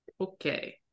Okay